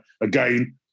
again